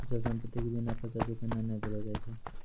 अचल संपत्ति के बिना कर्जा चुकैने नै देलो जाय छै